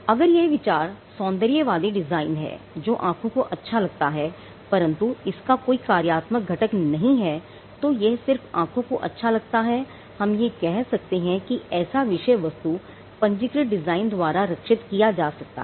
अगर यह विचार सौंदर्यवादी डिजाइन है जो आंखों को अच्छा लगता है परंतु इसका कोई कार्यात्मक घटक नहीं है यह सिर्फ आंखों को अच्छा लगता है तो हम यह कहते हैं कि ऐसा विषय वस्तु पंजीकृत डिजाइन द्वारा रक्षित किया जा सकता है